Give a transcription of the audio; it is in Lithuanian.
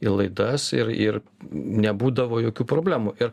į laidas ir ir nebūdavo jokių problemų ir